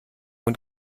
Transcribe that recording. und